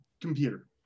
Computer